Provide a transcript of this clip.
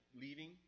leaving